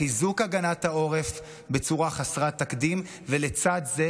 חיזוק הגנת העורף בצורה חסרת תקדים, ולצד זה